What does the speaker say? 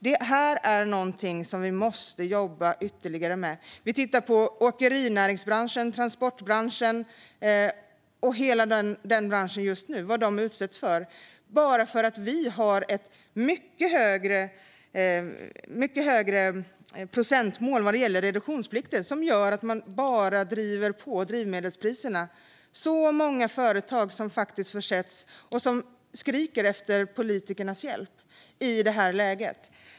Detta är någonting som vi måste jobba ytterligare med. Vi tittar på hela åkeri och transportbranschen och vad den utsätts för just nu, bara för att vi har ett mycket högre procentmål vad gäller reduktionsplikten som gör att man bara driver upp drivmedelspriserna. Väldigt många företag försätts i ett läge där de skriker efter politikernas hjälp.